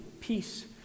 peace